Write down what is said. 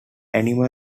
animal